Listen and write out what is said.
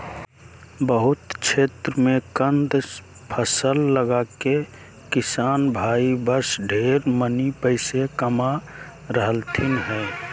बहुत क्षेत्र मे कंद फसल लगाके किसान भाई सब ढेर मनी पैसा कमा रहलथिन हें